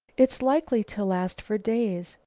it's likely to last for days,